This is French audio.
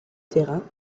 terrain